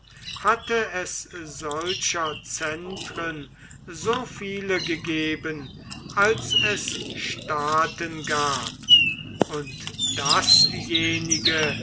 hatte es solcher zentren so viele gegeben als es staaten gab und dasjenige